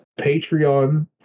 Patreon